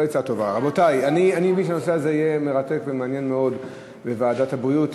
אני מבין שהנושא הזה יהיה מרתק ומעניין מאוד בוועדת הבריאות,